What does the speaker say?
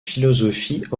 philosophies